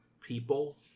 people